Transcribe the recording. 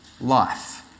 life